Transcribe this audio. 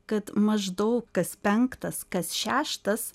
kad maždaug kas penktas kas šeštas